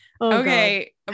Okay